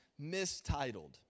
mistitled